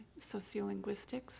sociolinguistics